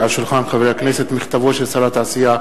מכתבו של שר התעשייה,